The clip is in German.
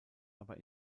aber